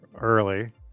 early